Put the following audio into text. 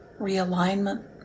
realignment